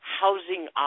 housing